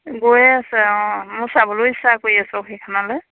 গৈয়ে আছে অঁ মই চাবলৈ ইচ্ছা কৰি আছোঁ সেইখনলে